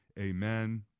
amen